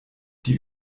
die